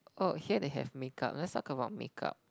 oh here they have makeup let's talk about makeup